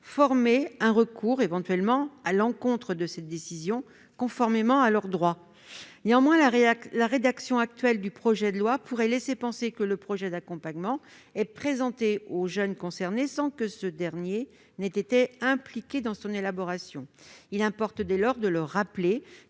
former un recours à l'encontre de la décision prise, conformément à leurs droits. Néanmoins, la rédaction actuelle du projet de loi pourrait laisser penser que le projet d'accompagnement est présenté au jeune concerné sans que ce dernier ait été impliqué dans son élaboration. Il importe dès lors de rappeler